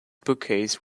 bookcase